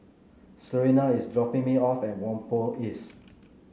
Serena is dropping me off at Whampoa East